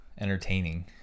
entertaining